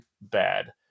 Bad